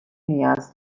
نیاز